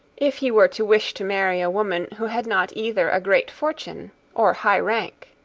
if he were to wish to marry a woman who had not either a great fortune or high rank.